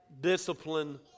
discipline